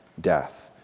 death